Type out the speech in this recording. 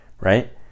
right